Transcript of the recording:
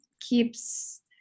keeps